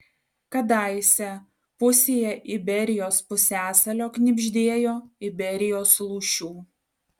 kadaise pusėje iberijos pusiasalio knibždėjo iberijos lūšių